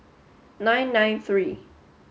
nine nine three